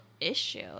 issue